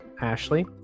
Ashley